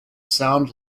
sound